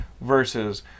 Versus